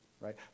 Right